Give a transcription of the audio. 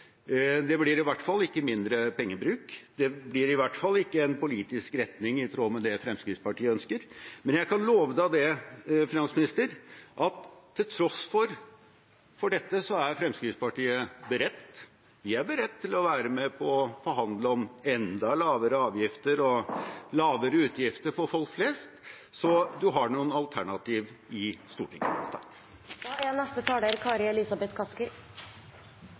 Det blir i hvert fall ikke mindre pengebruk, og det blir i hvert fall ikke en politisk retning i tråd med det Fremskrittspartiet ønsker. Men jeg kan love finansministeren at til tross for dette er vi i Fremskrittspartiet beredt til å være med på å forhandle om enda lavere avgifter og lavere utgifter for folk flest. Så han har noen alternativer i Stortinget.